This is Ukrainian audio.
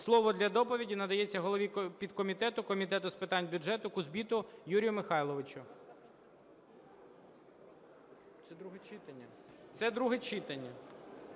Слово для доповіді надається голові підкомітету Комітету з питань бюджету Кузбиту Юрію Михайловичу. Це друге читання.